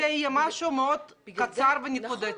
זה יהיה משהו מאוד קצר ונקודתי.